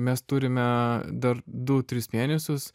mes turime dar du tris mėnesius